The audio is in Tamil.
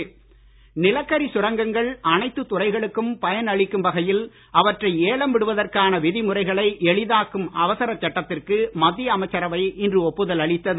நிலக்கரி நிலக்கரி சுரங்கங்கள் அனைத்து துறைகளுக்கும் பயன் அளிக்கும் வகையில் அவற்றை ஏலம் விடுவதற்கான விதிமுறைகளை எளிதாக்கும் அவசரச் சட்டத்திற்கு மத்திய அமைச்சரவை இன்று ஒப்புதல் அளித்தது